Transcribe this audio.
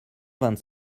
vingt